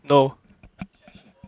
no